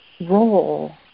role